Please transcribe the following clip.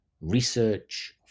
research